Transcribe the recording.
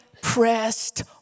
pressed